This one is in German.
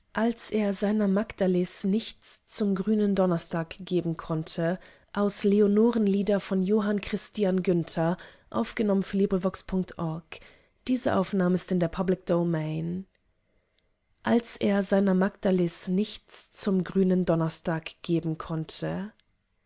als wer getreu und klug und ewig lieben kann als er seiner magdalis nichts zum grünen donnerstag geben konnte